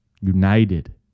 united